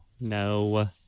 No